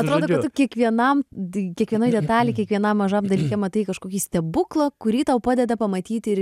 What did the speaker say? atrodo kiekvienam di kiekviena detalė kiekvienam mažam dalyke matai kažkokį stebuklą kurį tau padeda pamatyti ir